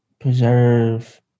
preserve